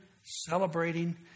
celebrating